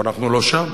אבל אנחנו לא שם,